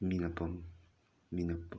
ꯃꯤꯅ ꯃꯤꯅ